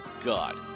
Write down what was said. God